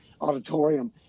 auditorium